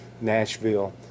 Nashville